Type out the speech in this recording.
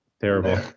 terrible